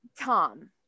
Tom